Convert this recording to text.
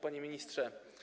Panie Ministrze!